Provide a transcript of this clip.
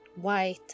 white